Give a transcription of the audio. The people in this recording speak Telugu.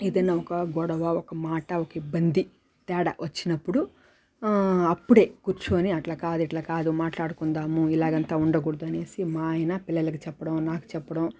ఏదైనా ఒక గొడవ ఒక మాట ఒక ఇబ్బంది తేడా వచ్చినప్పుడు అప్పుడే కూర్చొని అట్ల కాదు ఇట్ల కాదు మాట్లాడుకుందాము ఇలాగంతా కూడా ఉండకూడదు అనేసి మా ఆయన పిల్లలకి చెప్పడం నాకు చెప్పడం